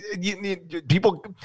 People